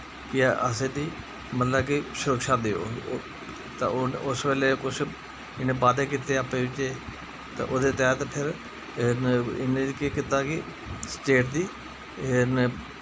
कि असेंगी मतलब कि सुरक्षा देओ तां उस बोल्ले इ'नैं कुछ बाद्दे कीते अपने बिच्चें ते ओह्दे च उ'नैं केह् कीता कि स्टेट दी